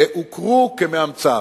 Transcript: שהוכרו כמאמציו,